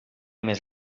més